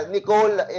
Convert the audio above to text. Nicole